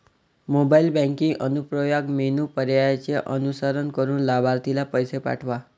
mobile banking अनुप्रयोगात menu पर्यायांचे अनुसरण करून लाभार्थीला पैसे पाठवा